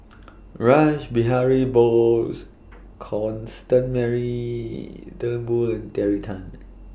Rash Behari Bose Constance Mary Turnbull and Terry Tan